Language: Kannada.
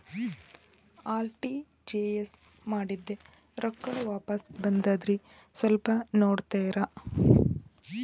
ಆರ್.ಟಿ.ಜಿ.ಎಸ್ ಮಾಡಿದ್ದೆ ರೊಕ್ಕ ವಾಪಸ್ ಬಂದದ್ರಿ ಸ್ವಲ್ಪ ನೋಡ್ತೇರ?